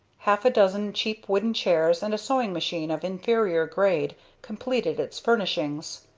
half a dozen cheap wooden chairs and a sewing-machine of inferior grade completed its furnishing.